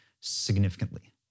significantly